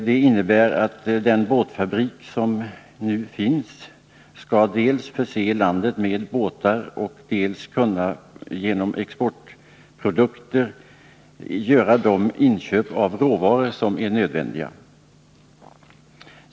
Det innebär att man genom den båtfabrik som nu finns dels skall förse landet med båtar, dels genom framställning av exportprodukter skall kunna göra de inköp av råvaror som är nödvändiga.